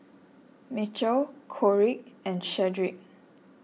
Mitchell Kori and Shedrick